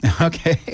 Okay